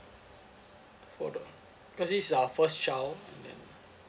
for the cause this is our first child and then